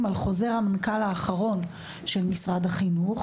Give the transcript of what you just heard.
על חוזר המנכ"ל האחרון של משרד החינוך,